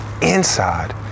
inside